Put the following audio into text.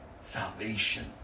salvation